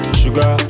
sugar